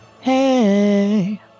Hey